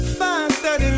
5.30